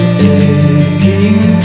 aching